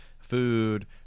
food